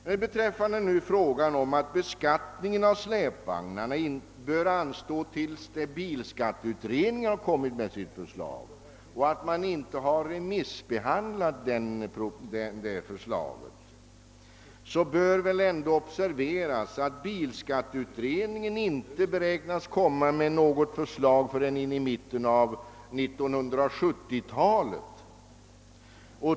Och där man hävdar att beskattningen av släpvagnar bör anstå till dess bilskatteutredningen har framlagt sitt förslag och kritiserar att propositionen om släpvagnsskatten inte remissbehandlats bör man väl ändå observera att bilskatteutredningen inte beräknas framlägga något förslag förrän i mitten av 1970-talet.